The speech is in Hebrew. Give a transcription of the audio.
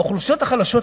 האוכלוסיות החלשות,